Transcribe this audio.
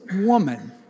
woman